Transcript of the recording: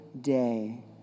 day